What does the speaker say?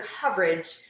coverage